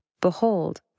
Behold